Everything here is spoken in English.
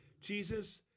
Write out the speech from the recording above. Jesus